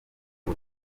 ngo